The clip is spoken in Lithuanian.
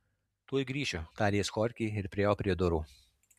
tuoj grįšiu tarė jis chorchei ir priėjo prie durų